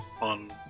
On